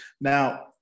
Now